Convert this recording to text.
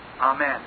Amen